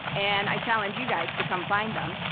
and i challenge you guys to come find them.